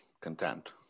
content